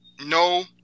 No